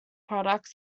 products